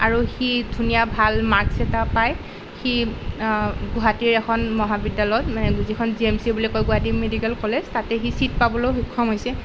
আৰু সি ধুনীয়া ভাল মাৰ্ক্স এটা পাই সি গুৱাহাটীৰ এখন মহাবিদ্যালয়ত মানে যিখন জিএমচি বুলি কয় গুৱাহাটী মেডিকেল কলেজ তাতে সি ছীট পাবলৈও সক্ষম হৈছে